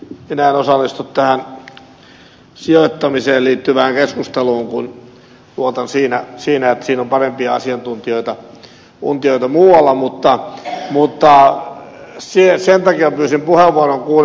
minä en osallistu tähän sijoittamiseen liittyvään keskusteluun kun luotan että siinä on parempia asiantuntijoita muualla mutta sen takia pyysin puheenvuoron kun kuulin ed